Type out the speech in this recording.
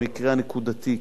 למקרה הנקודתי,